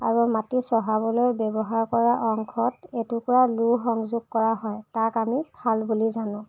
আৰু মাটি চহাবলৈ ব্যৱহাৰ কৰা অংশত এটুকুৰা লো সংযোগ কৰা হয় তাক আমি শাল বুলি জানোঁ